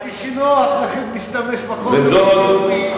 כשנוח לכם להשתמש בחוק הבין-לאומי,